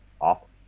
Awesome